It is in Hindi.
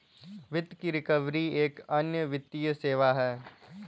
वित्त की रिकवरी एक अन्य वित्तीय सेवा है